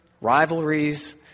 rivalries